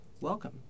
welcome